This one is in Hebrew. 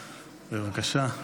בבקשה.